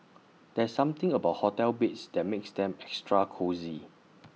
there's something about hotel beds that makes them extra cosy